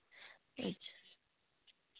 please